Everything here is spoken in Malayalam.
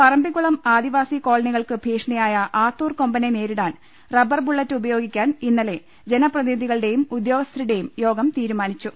പറമ്പിക്കുളം ആദിവാസികോളനികൾക്കു ഭീഷണിയായ ആത്തൂർ കൊമ്പ്നെ നേരിടാൻ റബ്ബർ ബുള്ളറ്റ് ഉപയോഗിക്കാൻ ഇന്നലെ ജനപ്രിതിനിധീ കളുടെയും ഉദ്യോഗസ്ഥരുടെയും യോഗം തീരുമാനിച്ചു